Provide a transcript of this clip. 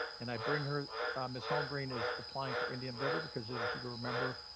and i bring her ms. holmgreen is applying for indian river because as you remember